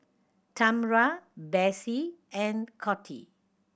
Tambra Bessie and Coty